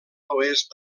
oest